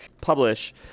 publish